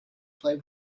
play